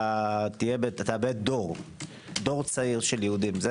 תאבד דור צעיר של יהודים.